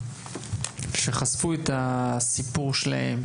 שחשפו את הסיפור שלהם,